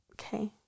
Okay